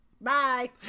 bye